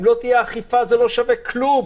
אם לא תהיה אכיפה זה לא שווה כלום,